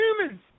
humans